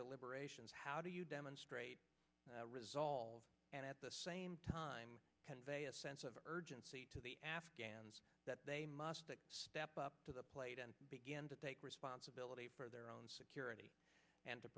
deliberations how do you demonstrate resolve and at the same time convey a sense of urgency to the afghans that they must step up to the plate and begin to take responsibility for their own security and to